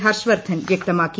ഹർഷ് വർധൻ വ്യക്തമാക്കി